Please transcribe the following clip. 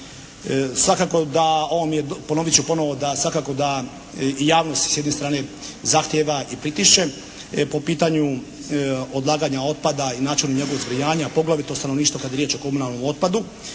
ovo mi je, ponovit ću ponovo da svakako da i javnost s jedne strane zahtijeva i pritišće po pitanju odlaganja otpada i načinu njegovog zbrinjavanja poglavito stanovništvo kada je riječ o komunalnom otpadu